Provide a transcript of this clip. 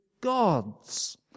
God's